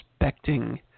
expecting